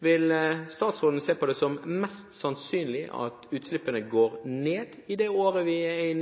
Vil statsråden se på det som mest sannsynlig at utslippene